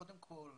קודם כל,